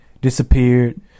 disappeared